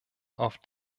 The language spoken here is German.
auf